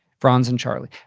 franz and charlie.